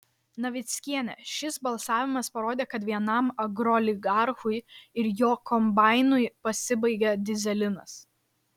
navickienė šis balsavimas parodė kad vienam agrooligarchui ir jo kombainui pasibaigė dyzelinas